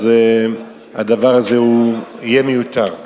הדבר הזה יהיה מיותר.